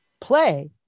play